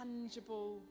tangible